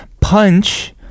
Punch